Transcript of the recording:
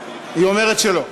היא אומרת שלא.